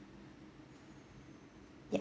yup